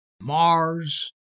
Mars